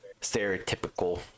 stereotypical